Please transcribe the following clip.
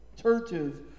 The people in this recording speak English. churches